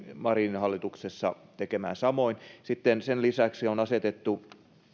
marinin hallituksessa tekemään samoin sen lisäksi on asetettu